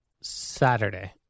saturday